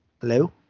hello